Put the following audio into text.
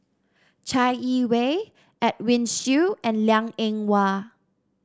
Chai Yee Wei Edwin Siew and Liang Eng Hwa